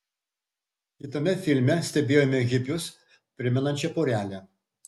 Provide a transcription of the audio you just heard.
kitame filme stebėjome hipius primenančią porelę